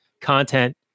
content